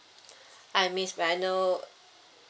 hi miss may I know